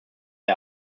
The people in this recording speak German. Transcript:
der